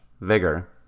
Vigor